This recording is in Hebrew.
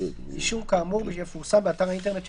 אישור כאמור יפורסם באתר האינטרנט של